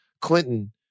Clinton